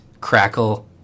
Crackle